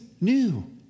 new